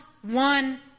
one